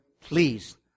please